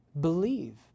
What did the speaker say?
Believe